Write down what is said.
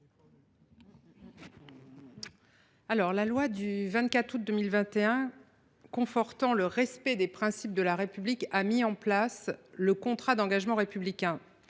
La loi du 24 août 2021 confortant le respect des principes de la République a instauré le contrat d’engagement républicain.